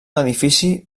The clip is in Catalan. edifici